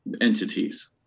entities